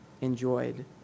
enjoyed